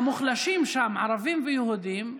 המוחלשים שם, ערבים ויהודים,